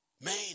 Man